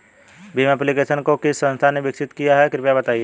Bhim application को किस संस्था ने विकसित किया है कृपया बताइए?